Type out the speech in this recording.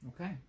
okay